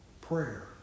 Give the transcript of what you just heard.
prayer